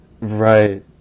Right